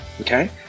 Okay